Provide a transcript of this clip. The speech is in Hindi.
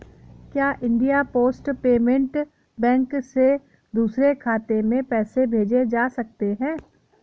क्या इंडिया पोस्ट पेमेंट बैंक से दूसरे खाते में पैसे भेजे जा सकते हैं?